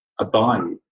abide